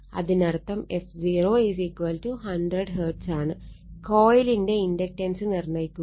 അതിനർത്ഥം f0100 Hz ആണ് കൊയിലിന്റെ ഇൻഡക്റ്റൻസ് നിർണ്ണയിക്കുക